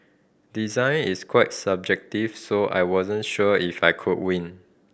design is quite subjective so I wasn't sure if I could win